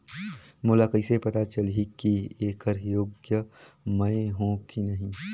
मोला कइसे पता चलही की येकर योग्य मैं हों की नहीं?